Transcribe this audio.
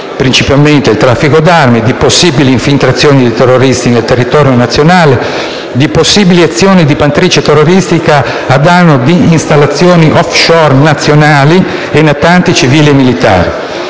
principalmente il traffico di armi, di possibili infiltrazioni di terroristi nel territorio nazionale, di possibili azioni di matrice terroristica a danno di installazioni *off-shore* e natanti, civili e militari.